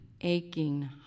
aching